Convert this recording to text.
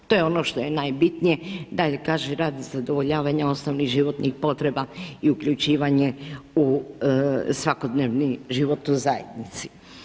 To je ono što je najbitnije da jer kaže radi zadovoljavanja osnovnih životnih potreba i uključivanje u svakodnevni život u zajednici.